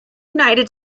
united